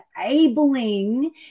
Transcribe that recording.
enabling